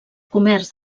comerç